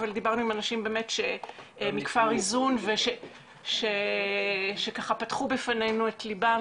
אבל דיברנו עם אנשים מ'כפר איזון' שפתחו בפנינו את ליבם